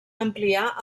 ampliar